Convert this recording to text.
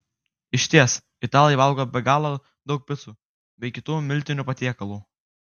išties italai valgo be galo daug picų bei kitų miltinių patiekalų